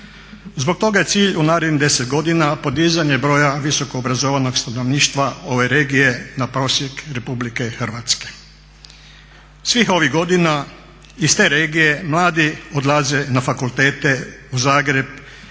Zbog toga je cilj u narednih 10 godina podizanje broja visoko obrazovanog stanovništva ove regije na prosjek Republike Hrvatske. Svih ovih godina iz te regije mladi odlaze na fakultete u Zagreb.